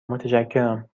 متشکرم